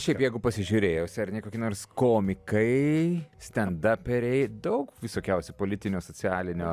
šiaip jeigu pasižiūrėjus ar ne kokie nors komikai stendaperiai daug visokiausių politinio socialinio